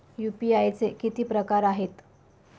UPI चे किती प्रकार आहेत?